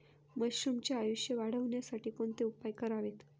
मशरुमचे आयुष्य वाढवण्यासाठी कोणते उपाय करावेत?